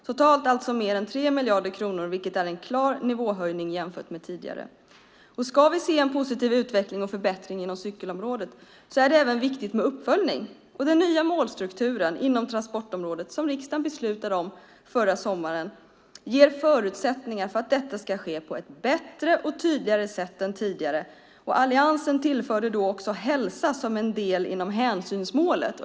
Totalt är det alltså mer än 3 miljarder kronor, vilket är en klar nivåhöjning jämfört med tidigare. Ska vi se en positiv utveckling och förbättring inom cykelområdet är det även viktigt med uppföljning. Den nya målstrukturen inom transportområdet som riksdagen beslutade om förra året ger förutsättningar för att detta ska ske på ett bättre och tydligare sätt än tidigare, och Alliansen tillförde då också hälsa som en del inom hänsynsmålet.